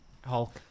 Hulk